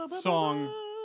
song